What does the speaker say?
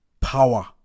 Power